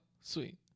sweet